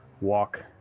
walk